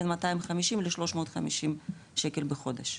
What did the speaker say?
בין 250 ל-350 שקל בחודש,